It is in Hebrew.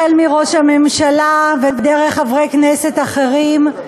החל מראש הממשלה ודרך חברי כנסת אחרים,